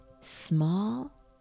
small